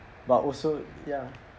but also ya